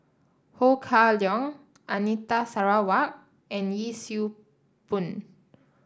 Ho Kah Leong Anita Sarawak and Yee Siew Pun